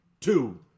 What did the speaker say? two